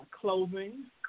Clothing